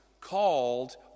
called